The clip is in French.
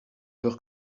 peur